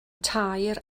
tair